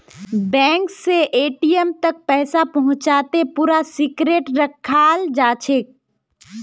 bank स ATM तक पैसा पहुंचाते पूरा सिक्रेट रखाल जाछेक